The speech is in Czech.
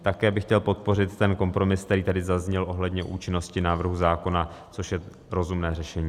Také bych chtěl podpořit ten kompromis, který tady zazněl ohledně účinnosti návrhu zákona, což je rozumné řešení.